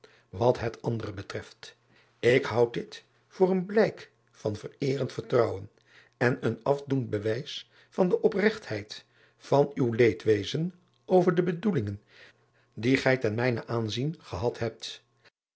wat het andere betreft ik houd dit voor een blijk van vereerend vertrouwen en een afdoend bewijs van de opregtheid van uw leedwezen over de bedoelingen die gij ten mijnen aanzien gehad hebt